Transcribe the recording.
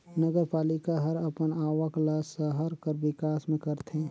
नगरपालिका हर अपन आवक ल सहर कर बिकास में करथे